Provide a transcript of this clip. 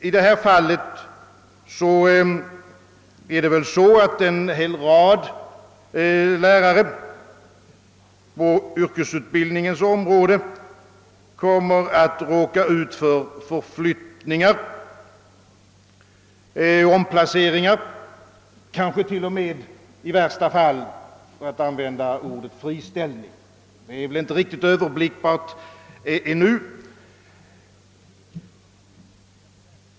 I det aktuella sammanhanget kommer säkerligen en hel rad lärare på yrkesutbildningens område att råka ut för förflyttningar, omplaceringar och kanske t.o.m. i värsta fall friställningar. Läget är tyvärr inte riktigt överblickbart ännu.